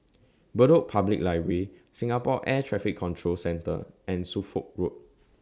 Bedok Public Library Singapore Air Traffic Control Centre and Suffolk Road